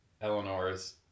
Eleanor's